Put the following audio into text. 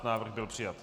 Návrh byl přijat.